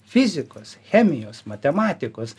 fizikos chemijos matematikos